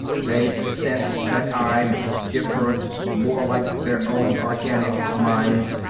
they sense that i'm different, more like their own organic mines.